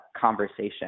conversation